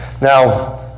Now